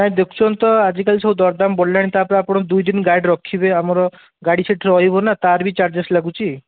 ନାଇଁ ଦେଖୁଛନ୍ତି ଆଜିକାଲି ସବୁ ଦରଦାମ୍ ବଢ଼ିଲାଣି ତା'ପରେ ଆପଣ ଦୁଇ ଦିନ ଗାଡ଼ି ରଖିବେ ଆମର ଗାଡ଼ି ସେଠି ରହିବନା ତା'ର ବି ଚାର୍ଜେସ୍ ଲାଗୁଛି